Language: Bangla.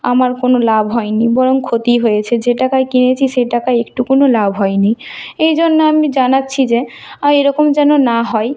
আমার কোনো লাভ হয়নি বরং ক্ষতিই হয়েছে যে টাকায় কিনেছি সে টাকায় একটুকুনও লাভ হয়নি এই জন্য আমি জানাচ্ছি যে আর এরকম যেন না হয়